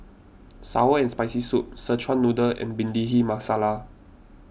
Sour and Spicy Soup Szechuan Noodle and Bhindi Masala